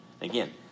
Again